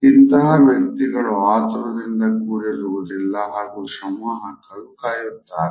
ಇಂತಹ ವ್ಯಕ್ತಿಗಳು ಆತುರದಿಂದ ಕೂಡಿರುವುದಿಲ್ಲ ಹಾಗೂ ಶ್ರಮ ಹಾಕಲು ಕಾಯುತ್ತಾರೆ